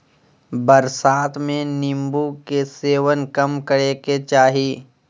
बरसात में नीम्बू के सेवन कम करे के चाही